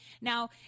Now